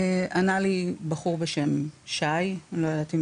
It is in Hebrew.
ענה לי בחור בשם שי אני לא יודעת אם